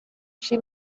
she